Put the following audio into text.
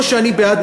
כמו שאני בעד,